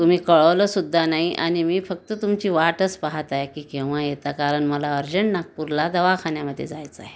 तुम्ही कळवलं सुद्धा नाही आणि मी फक्त तुमची वाटच पाहत आहे की केव्हा येता कारण मला अर्जंट नागपूरला दवाखान्यामध्ये जायचंय